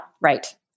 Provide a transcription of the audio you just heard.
right